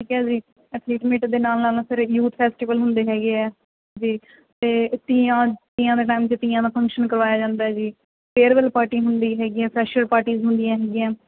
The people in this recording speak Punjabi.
ਠੀਕ ਹੈ ਜੀ ਏਥਲੀਟ ਮੀਟ ਦੇ ਨਾਲ ਨਾਲ ਫਿਰ ਇਹ ਯੂਥ ਫੈਸਟੀਵਲ ਹੁੰਦੇ ਹੈਗੇ ਹੈ ਜੀ ਅਤੇ ਤੀਆਂ ਦੇ ਟਾਈਮ 'ਤੇ ਤੀਆਂ ਦਾ ਫੰਕਸ਼ਨ ਕਰਵਾਇਆ ਜਾਂਦਾ ਜੀ ਫੇਅਰਵੈਲ ਪਾਰਟੀ ਹੁੰਦੀ ਹੈਗੀ ਹੈ ਫ੍ਰੈਸ਼ਰ ਪਾਰਟੀਜ਼ ਹੁੰਦੀਆਂ ਹੈਗੀਆਂ